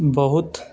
ਬਹੁਤ